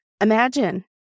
Imagine